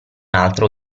altro